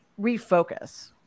refocus